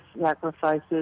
sacrifices